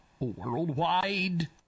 worldwide